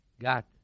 got